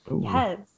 Yes